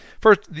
first